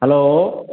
hello